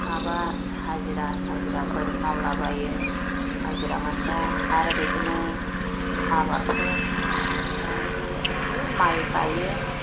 माबा हाजिरा थाजिराफोर मावला बायो हाजिरा मोनबा आरो बिदिनो आबादफोर दानि बे माइ गायो